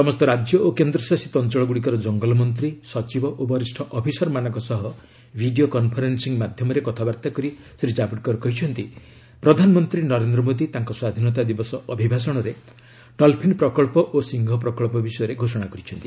ସମସ୍ତ ରାଜ୍ୟ ଓ କେନ୍ଦ୍ରଶାସିତ ଅଞ୍ଚଳଗୁଡ଼ିକର ଜଙ୍ଗଲ ମନ୍ତ୍ରୀ ସଚିବ ଓ ବରିଷ୍ଠ ଅଫିସରମାନଙ୍କ ସହ ଭିଡ଼ିଓ କନ୍ଫରେନିଂ ମାଧ୍ୟମରେ କଥାବାର୍ତ୍ତା କରି ଶ୍ରୀ ଜାବ୍ଡେକର କହିଛନ୍ତି ପ୍ରଧାନମନ୍ତ୍ରୀ ନରେନ୍ଦ୍ର ମୋଦି ତାଙ୍କ ସ୍ୱାଧୀନତା ଦିବସ ଅଭିଭାଷଣରେ ଡଲ୍ଫିନ୍ ପ୍ରକଳ୍ପ ଓ ସିଂହ ପ୍ରକଳ୍ପ ବିଷୟରେ ଘୋଷଣା କରିଛନ୍ତି